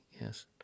Yes